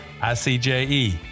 ICJE